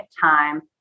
time